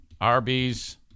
Arby's